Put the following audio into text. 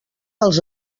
els